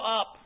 up